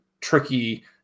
Tricky